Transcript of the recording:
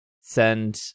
send